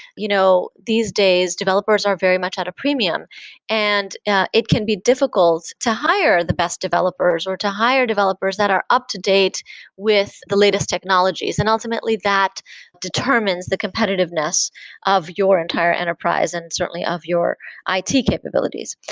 you know these days, developers are very much at a premium and it can be difficult to hire the best developers or to hire developers that are up to date with the latest technologies and, ultimately, that determines the competitiveness of your entire enterprise, and certainly of your it capabilities.